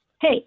hey